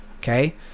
Okay